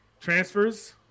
transfers